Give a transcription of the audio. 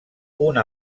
una